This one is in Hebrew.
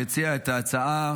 שהציע את ההצעה.